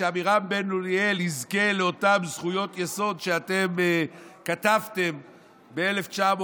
שעמירם בן אוליאל יזכה לאותן זכויות יסוד שאתם כתבתם ב-1994.